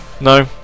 No